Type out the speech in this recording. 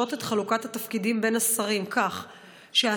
לשנות את חלוקת התפקידים בין השרים כך שהשרה